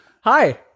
Hi